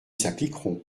s’appliqueront